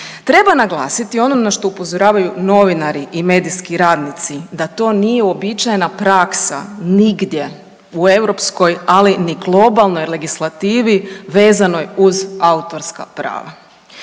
Treba naglasiti ono na što upozoravaju novinari i medijski radnici, da to nije uobičajena praksa nigdje u europskoj ali ni globalnoj legislativi vezanoj uz autorska prava.